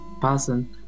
person